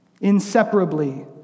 inseparably